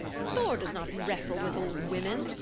thor does not wrestle with old women.